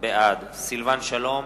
בעד סילבן שלום,